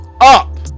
up